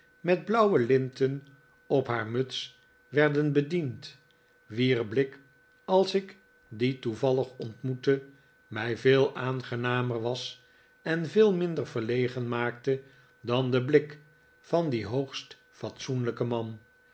met blauwe linten op haar muts werden bediend wier blik als ik dien toevallig ontmoette mij veel aangenamer was en veel minder verlegen maakte dan de blik van dien hoogst fatsoenlijken man